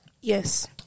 Yes